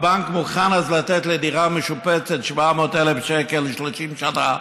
והבנק מוכן אז לתת על דירה משופצת 700,000 שקלים ל-30 שנה,